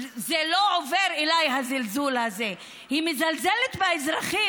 זה לא עובר אליי, הזלזול הזה, היא מזלזלת באזרחים.